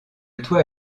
toit